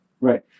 Right